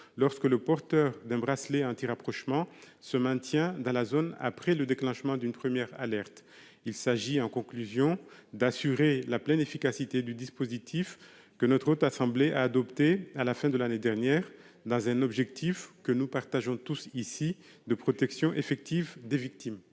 lorsque le porteur d'un bracelet anti-rapprochement se maintient dans la zone après le déclenchement d'une première alerte. En conclusion, il s'agit d'assurer la pleine efficacité du dispositif que notre assemblée a adopté à la fin de l'année dernière, avec l'objectif, que nous partageons tous ici, de la protection effective des victimes.